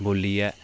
बोलिये